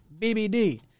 BBD